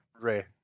Ray